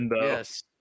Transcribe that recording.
yes